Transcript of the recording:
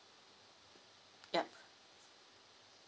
yup